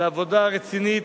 לעבודה רצינית,